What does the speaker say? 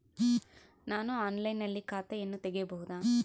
ನಾನು ಆನ್ಲೈನಿನಲ್ಲಿ ಖಾತೆಯನ್ನ ತೆಗೆಯಬಹುದಾ?